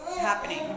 happening